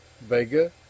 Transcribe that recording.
Vega